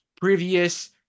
previous